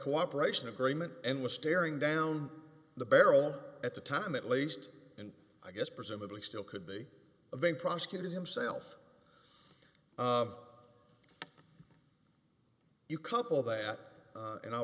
cooperation agreement and was staring down the barrel at the time at least in i guess presumably still could be of a prosecutor himself you couple that and i'll